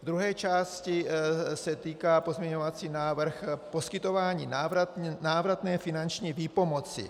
V druhé části se týká pozměňovací návrh poskytování návratné finanční výpomoci.